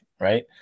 right